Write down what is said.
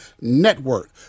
network